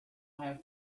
have